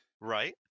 Right